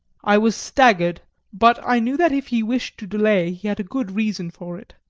i was staggered but i knew that if he wished to delay he had a good reason for it.